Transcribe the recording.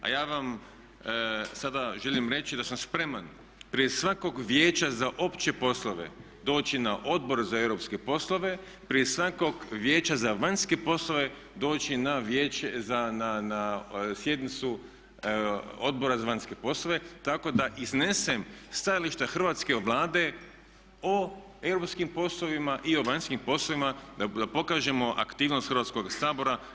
A ja vam sada želim reći da sam spreman prije svakog Vijeća za opće poslove doći na Odbor za europske poslove prije svakog Vijeća za vanjske poslove doći na sjednicu Odbora za vanjske poslove, tako da iznesem stajališta hrvatske Vlade o europskim poslovima i o vanjskim poslovima, da pokažemo aktivnost Hrvatskog sabora.